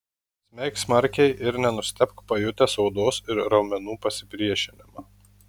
smeik smarkiai ir nenustebk pajutęs odos ir raumenų pasipriešinimą